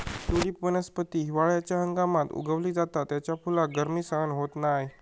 tulip वनस्पती हिवाळ्याच्या हंगामात उगवली जाता त्याच्या फुलाक गर्मी सहन होत नाय